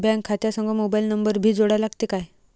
Bank खात्या संग mobile number भी जोडा लागते काय?